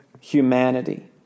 humanity